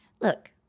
Look